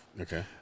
Okay